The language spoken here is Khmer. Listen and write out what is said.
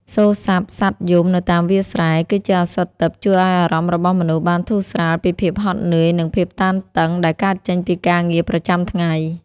សូរសព្ទសត្វយំនៅតាមវាលស្រែ គឺជាឱសថទិព្វជួយឱ្យអារម្មណ៍របស់មនុស្សបានធូរស្រាលពីភាពហត់នឿយ និងភាពតានតឹងដែលកើតចេញពីការងារប្រចាំថ្ងៃ។